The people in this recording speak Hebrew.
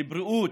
לבריאות,